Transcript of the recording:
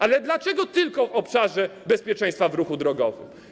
Ale dlaczego tylko w obszarze bezpieczeństwa w ruchu drogowym?